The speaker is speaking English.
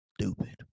stupid